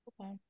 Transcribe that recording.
Okay